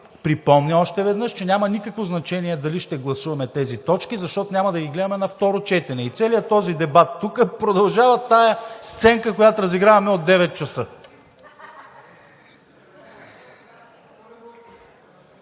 припомня още веднъж, че няма никакво значение дали ще гласуваме тези точки, защото няма да ги гледаме на второ четене и целият този дебат тук, продължава тази сценка, която разиграваме от 9,00 ч.